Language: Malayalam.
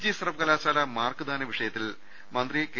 ജി സർവകലാശാല മാർക്ക് ദാന വിഷയത്തിൽ മന്ത്രി കെ